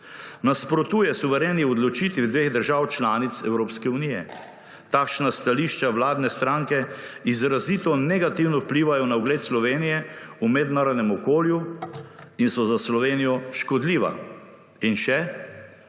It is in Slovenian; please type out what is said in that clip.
Nasprotuje suvereni odločitvi dveh držav članic Evropske unije. Takšna stališča vladne stranke izrazito negativno vplivajo na ugled Slovenije v mednarodnem okolju in so za Slovenijo škodljiva. In še